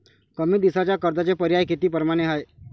कमी दिसाच्या कर्जाचे पर्याय किती परमाने हाय?